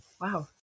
Wow